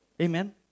Amen